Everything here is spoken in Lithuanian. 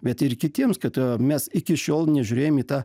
bet ir kitiems kad mes iki šiol nežiūrėjom į tą